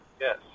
Yes